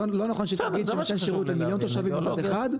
לא נכון שיהיה תאגיד שנותן שירות למיליון תושבים צד אחד,